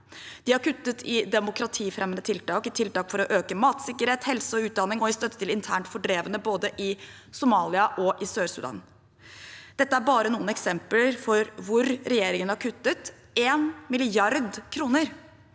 De har kuttet i demokratifremmende tiltak, i tiltak for å øke matsikkerhet, helse og utdanning og i støtte til internt fordrevne, både i Somalia og i Sør-Sudan. Dette er bare noen eksempler på hvor regjeringen har kuttet 1 mrd. kr.